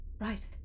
Right